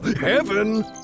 heaven